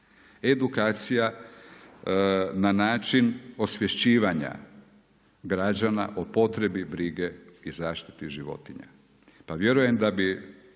Edukacija na način osvješćivanja građana o potrebi brige i zaštiti životinja.